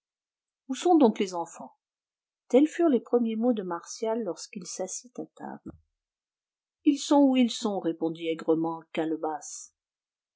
où sont donc les enfants tels furent les premiers mots de martial lorsqu'il s'assit à table ils sont où ils sont répondit aigrement calebasse